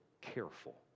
careful